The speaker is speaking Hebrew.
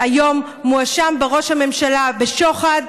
והיום מואשם בה ראש הממשלה בשוחד,